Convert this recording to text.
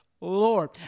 Lord